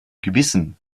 gewissen